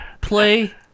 play